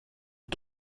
est